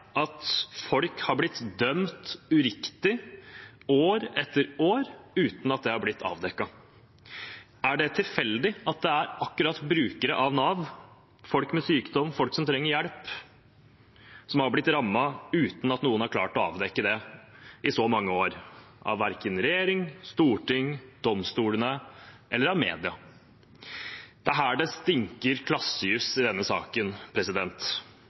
at folk har blitt dømt uriktig år etter år uten at det har blitt avdekket. Er det tilfeldig at det er akkurat brukere av Nav, folk med sykdom, folk som trenger hjelp, som har blitt rammet, uten at noen har klart å avdekke det i så mange år, verken regjering, storting, domstolene eller media? Det er her det stinker klassejuss i denne saken.